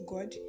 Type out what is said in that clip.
God